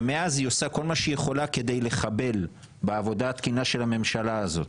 ומאז היא עושה כל מה שהיא יכולה כדי לחבל בעבודה התקינה של הממשלה הזאת.